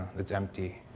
it's empty.